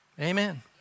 Amen